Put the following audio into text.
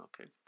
okay